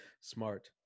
Smart